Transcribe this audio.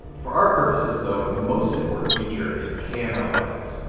for our purposes though the most important feature is kml files.